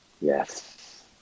Yes